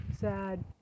sad